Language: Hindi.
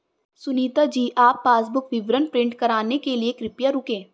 सुनीता जी आप पासबुक विवरण प्रिंट कराने के लिए कृपया रुकें